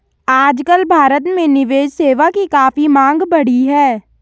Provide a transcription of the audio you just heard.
आजकल भारत में निवेश सेवा की काफी मांग बढ़ी है